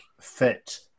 fit